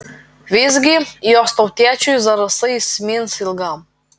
visgi jos tautiečiui zarasai įsimins ilgam